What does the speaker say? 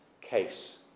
case